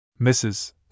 Mrs